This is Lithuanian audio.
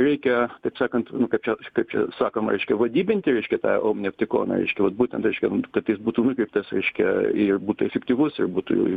reikia taip sakant kad čia kaip čia sakoma reiškia vadybinti reiškia tą o neaptikome reiškia vat būtent reiškia kad jis būtų nukreiptas reiškia ir būtų efektyvus ir būtų